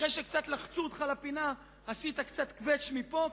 ואחרי שקצת לחצו אותך לפינה עשית קצת קוועץ' מפה,